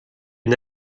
une